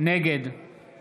נגד